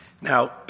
Now